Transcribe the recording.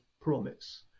promise